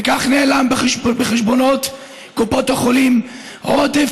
וכך נעלם בחשבונות קופות החולים עודף